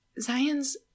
Zion's